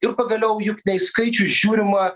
ir pagaliau juk ne į skaičius žiūrima